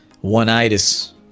one-itis